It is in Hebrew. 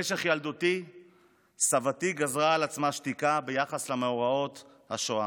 במשך ילדותי סבתי גזרה על עצמה שתיקה ביחס למאורעות השואה,